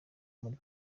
muri